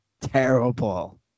terrible